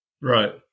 Right